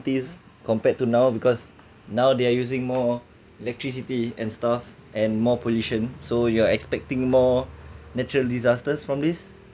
this compared to now because now they are using more electricity and stuff and more pollution so you're expecting more natural disasters from this